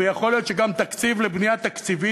ויכול להיות שגם תקציב לבנייה תקציבית,